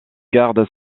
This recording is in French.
gardes